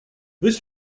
this